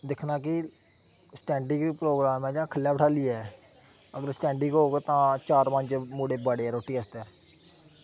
दिक्खनां कि standing program ऐ जां ख'ल्ल बठालियै अगर स्टैंडिंग होग तां चार पंज मुढे बड़े रोटी आस्तै